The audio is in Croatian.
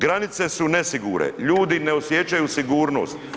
Granice su nesigurne, ljudi ne osjećaju sigurnost.